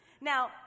Now